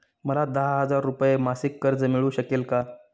मला दहा हजार रुपये मासिक कर्ज मिळू शकेल का?